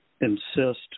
insist